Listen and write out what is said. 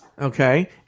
Okay